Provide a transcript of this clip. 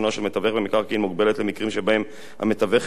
במקרקעין מוגבלת למקרים שבהם המתווך אינו עומד